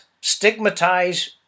stigmatize